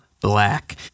black